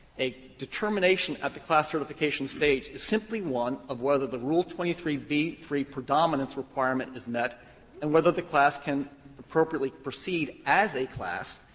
a determination at the class certification stage is simply one of whether the rule twenty three b predominance requirement is met and whether the class can appropriately proceed as a class,